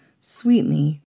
Sweetly